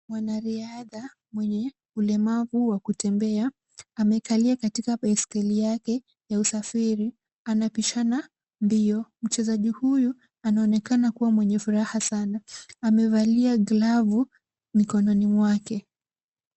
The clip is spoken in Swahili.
Mwanariadha mwenye ulemavu wa kutembea. Amekalia katika baiskeli yake ya usafiri. Anapishana mbio. Mchezaji huyu anaonekana kuwa mwenye furaha sana, amevalia glavu mikononi mwake.